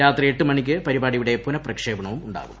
രാത്രി എട്ട് മണിക്ക് പരിപാടിയുടെ പുനപ്രക്ഷേപണവും ഉണ്ടാവും